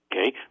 Okay